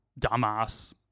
Dumbass